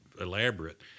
elaborate